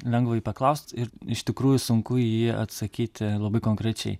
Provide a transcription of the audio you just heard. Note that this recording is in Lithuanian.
lengva jį paklaust ir iš tikrųjų sunku į jį atsakyti labai konkrečiai